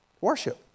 Worship